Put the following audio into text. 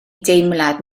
deimlad